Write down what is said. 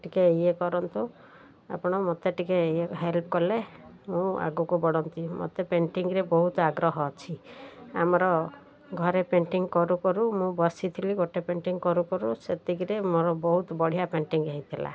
ଟିକେ ଇଏ କରନ୍ତୁ ଆପଣ ମୋତେ ଟିକେ ଇଏେ ହେଲ୍ପ କଲେ ମୁଁ ଆଗକୁ ବଢ଼ନ୍ତି ମୋତେ ପେଣ୍ଟିଙ୍ଗରେ ବହୁତ ଆଗ୍ରହ ଅଛି ଆମର ଘରେ ପେଣ୍ଟିଙ୍ଗ କରୁ କରୁ ମୁଁ ବସିଥିଲି ଗୋଟେ ପେଣ୍ଟିଙ୍ଗ କରୁ କରୁ ସେତିକିରେ ମୋର ବହୁତ ବଢ଼ିଆ ପେଣ୍ଟିଙ୍ଗ ହେଇଥିଲା